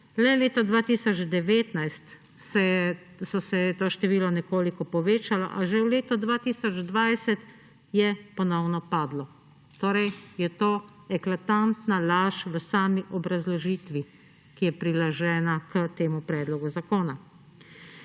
Le leta 2019 se je to število nekoliko povečalo, a že v letu 2020 je ponovno padlo. Torej je to eklatantna laž v sami obrazložitvi, ki je priložena k temu predlogu zakona.